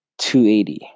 280